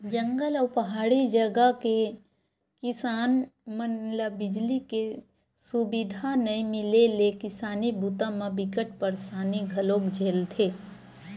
जंगल अउ पहाड़ी जघा के किसान मन ल बिजली के सुबिधा नइ मिले ले किसानी बूता म बिकट परसानी घलोक झेलथे